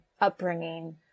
upbringing